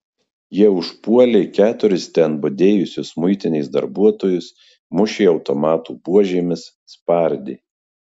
jie užpuolė keturis ten budėjusius muitinės darbuotojus mušė automatų buožėmis spardė